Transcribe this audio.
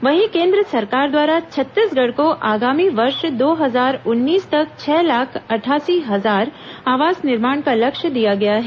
वहीं केन्द्र सरकार द्वारा छत्तीसगढ़ को आगामी वर्ष दो हजार उन्नीस तक छह लाख अठासी हजार आवास निर्माण का लक्ष्य दिया गया है